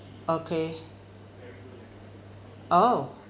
okay oh